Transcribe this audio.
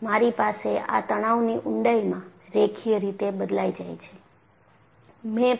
મારી પાસે આ તણાવની ઊંડાઈમાં રેખીય રીતે બદલાય જાય છે મેં